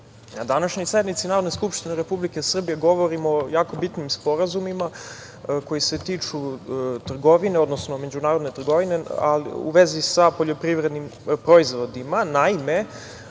današnjoj sednici Narodne skupštine Republike Srbije govorimo o jako bitnim sporazumima koji se tiču trgovine, odnosno međunarodne trgovine u vezi sa poljoprivrednim proizvodima. Naime,